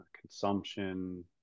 consumption